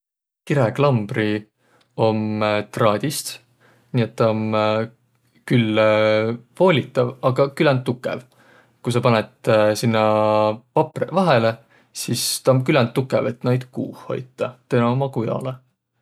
Kiräklambri om traadist, nii et tä om küll voolitav, aga küländ tukõv. Ku saq panõt sinnäq paprõq vaihõlõ, sis tä om küländ tukõv, et naid kuuh hoitaq.